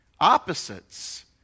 opposites